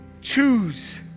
Choose